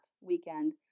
weekend